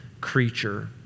creature